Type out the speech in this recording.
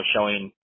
showing